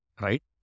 right